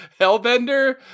Hellbender